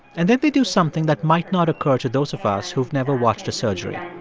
and then they do something that might not occur to those of us who've never watched a surgery.